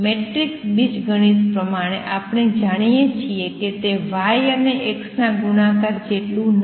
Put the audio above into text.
matrix બીજગણિત પ્રમાણે આપણે જાણીએ છીએ કે તે Y અને X ના ગુણાકાર જેટલું નથી